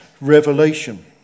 revelation